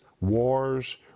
Wars